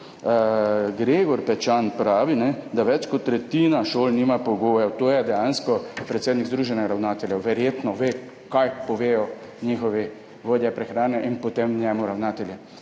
tako naprej –, da več kot tretjina šol nima pogojev, to je dejansko predsednik Združenja ravnateljev, verjetno ve, kaj povedo njihovi vodja prehrane in potem njemu ravnatelji.